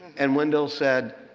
and wendell said,